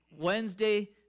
Wednesday